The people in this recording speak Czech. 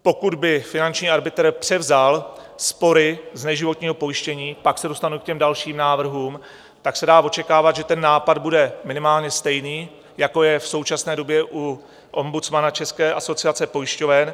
Pokud by finanční arbitr převzal spory z neživotního pojištění pak se dostanu k těm dalším návrhům tak se dá očekávat, že ten nápad bude minimálně stejný, jako je v současné době u ombudsmana České asociace pojišťoven.